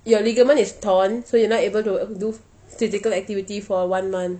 your ligament is torn so you're not able to do physical activity for one month